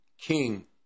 King